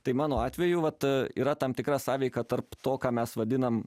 tai mano atveju vat yra tam tikra sąveika tarp to ką mes vadinam